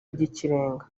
by’ikirenga